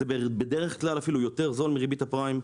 זה בדרך כלל אפילו יותר זול מריבית הפריים.